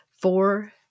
four